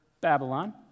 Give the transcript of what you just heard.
Babylon